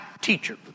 teacher